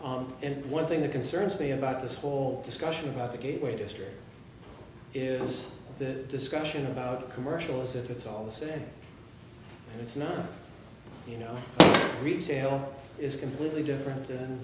on and one thing that concerns me about this whole discussion about the gateway district is the discussion about commercials if it's all said and it's not you know retail is completely different